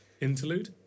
interlude